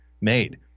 made